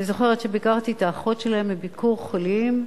אני זוכרת שביקרתי את האחות שלהם ב"ביקור חולים",